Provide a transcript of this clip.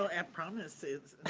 so at promise.